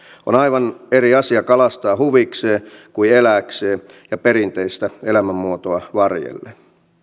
on aivan eri asia kalastaa huvikseen kuin elääkseen ja perinteistä elämänmuotoa varjellen